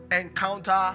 encounter